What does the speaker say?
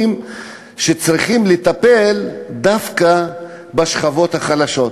שצריכים לטפל דווקא בשכבות החלשות.